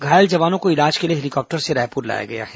घायल जवानों को इलाज के लिए हेलीकॉप्टर से रायपुर लाया गया है